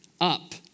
up